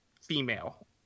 female